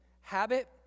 habit